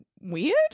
weird